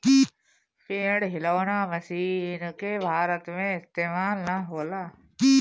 पेड़ हिलौना मशीन के भारत में इस्तेमाल ना होला